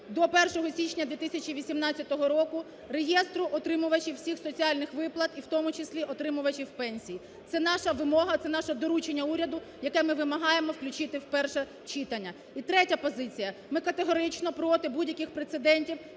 до 1 січня 2018 року реєстру отримувачів всіх соціальних виплат, і в тому числі отримувачів пенсії. Це наша вимога, це наше доручення уряду, яке ми вимагаємо включити в перше читання. І третя позиція. Ми категорично проти будь-яких прецедентів